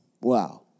wow